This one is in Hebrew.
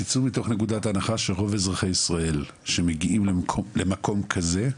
תצאו מנקודת הנחה שרוב אזרחי ישראל שמגיעים למקום כזה,